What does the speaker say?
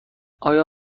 آیا